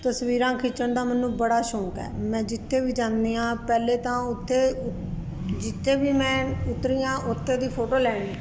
ਤਸਵੀਰਾਂ ਖਿੱਚਣ ਦਾ ਮੈਨੂੰ ਬੜਾ ਸ਼ੌਂਕ ਹੈ ਮੈਂ ਜਿੱਥੇ ਵੀ ਜਾਂਦੀ ਹਾਂ ਪਹਿਲੇ ਤਾਂ ਉੱਥੇ ਜਿੱਥੇ ਵੀ ਮੈਂ ਉਤਰੀ ਹਾਂ ਓਥੇ ਦੀ ਫ਼ੋਟੋ ਲੈਣੀ